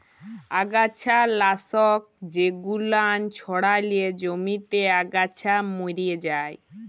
আগাছা লাশক জেগুলান ছড়ালে জমিতে আগাছা ম্যরে যায়